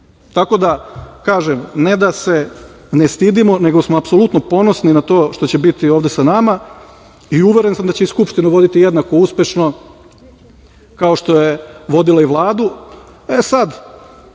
postigli. Kažem, ne da se ne stidimo, nego smo apsolutno ponosni na to što će biti ovde sa nama. Uveren sam da će Skupštinu voditi jednako uspešno kao što je vodila i Vladu. Budući